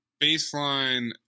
baseline